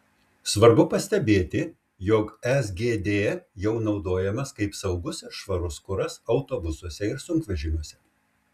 svarbu pastebėti jog sgd jau naudojamas kaip saugus ir švarus kuras autobusuose ir sunkvežimiuose